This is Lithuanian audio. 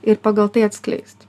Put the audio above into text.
ir pagal tai atskleisti